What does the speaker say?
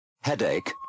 Headache